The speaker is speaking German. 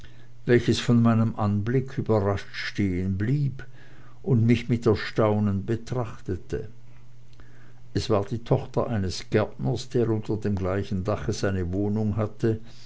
welches von meinem anblick überrascht stehenblieb und mich mit erstaunen betrachtete es war die tochter eines gärtners der unter dem gleichen dache seine wohnung hatte